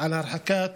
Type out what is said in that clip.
על הרחקת